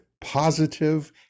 positive